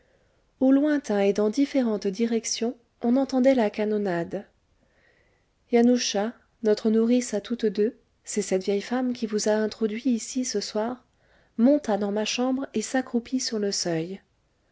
au lointain et dans différentes directions on entendait la canonnade yanusza notre nourrice à toutes deux c'est cette vieille femme qui vous a introduit ici ce soir monta dans ma chambre et s'accroupit sur le seuil